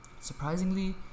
Surprisingly